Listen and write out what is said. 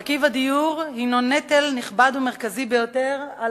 מרכיב הדיור הינו נטל נכבד ומרכזי ביותר על